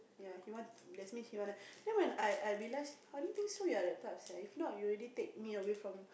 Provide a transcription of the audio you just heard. ya he want that means she want then when I I realise I don't think so you're that type so if not you already take me away from